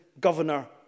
Governor